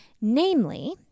namely